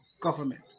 government